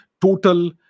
Total